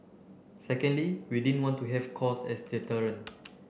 secondly we didn't want to have cost as deterrent